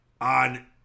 on